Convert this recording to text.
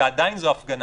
ועדיין זו הפגנה.